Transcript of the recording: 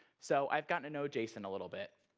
so i've gotten to know jason a little bit.